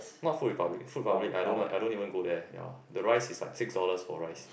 not Food Republic Food Republic I don't like I don't even go there ya the rice is like six dollars for rice